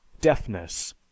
deafness